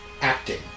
acting